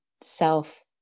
self